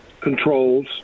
controls